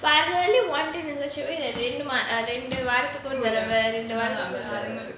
finally one that they showed me that they ரெண்டு வாரத்துக்கு ஒரு தடவை:rendu vaarathuku oru thadava